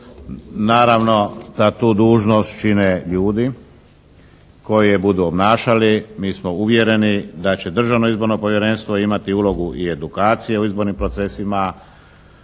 Naravno da tu dužnost čine ljudi koji je budu obnašali. Mi smo uvjereni da će Državno izborno povjerenstvo imati ulogu i edukacije u izbornim procesima,